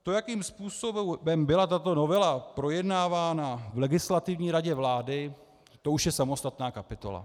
To, jakým způsobem byla tato novela projednávána v Legislativní radě vlády, to už je samostatná kapitola.